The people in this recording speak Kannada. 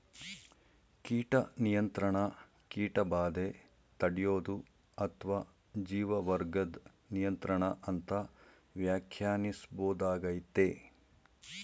ಕೀಟ ನಿಯಂತ್ರಣ ಕೀಟಬಾಧೆ ತಡ್ಯೋದು ಅತ್ವ ಜೀವವರ್ಗದ್ ನಿಯಂತ್ರಣ ಅಂತ ವ್ಯಾಖ್ಯಾನಿಸ್ಬೋದಾಗಯ್ತೆ